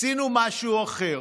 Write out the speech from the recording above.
רצינו משהו אחר.